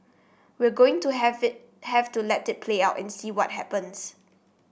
we're going to have be have to let it play out and see what happens